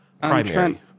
primary